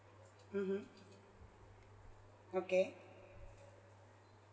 mmhmm okay